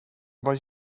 vad